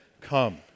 come